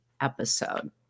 episode